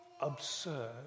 absurd